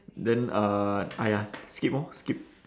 then uh !aiya! skip orh skip